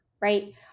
Right